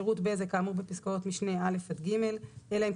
שירות בזק כאמור בפסקאות משנה (א) עד (ג),